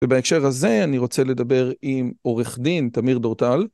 ובהקשר הזה, אני רוצה לדבר עם עורך דין תמיר דורטל.